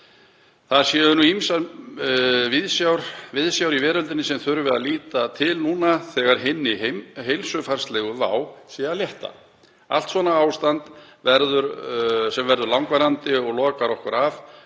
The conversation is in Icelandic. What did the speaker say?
Það séu nú ýmsar viðsjár í veröldinni sem þurfi að líta til núna þegar hinni heilsufarslegu vá sé að létta. „Allt svona ástand, sem verður langvarandi og lokar okkur af,